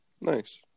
Nice